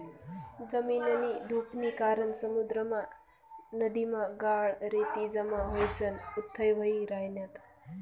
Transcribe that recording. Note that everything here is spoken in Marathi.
जमीननी धुपनी कारण समुद्रमा, नदीमा गाळ, रेती जमा व्हयीसन उथ्थय व्हयी रायन्यात